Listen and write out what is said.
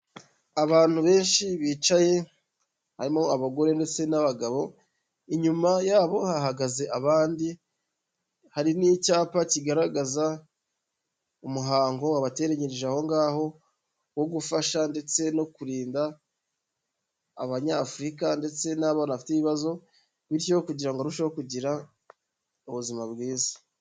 Abantu benshi bicaye, harimo abagore ndetse n'abagabo, inyuma yabo hahagaze abandi hari n'icyapa kigaragaza umuhango wabateranyirije aho ngaho wo gufasha ndetse no kurinda Abanyafurika ndetse n'abana bafite ibibazo bityo kugira ngo barusheho kugira ubuzima bwiza.